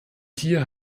hier